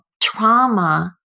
trauma